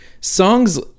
songs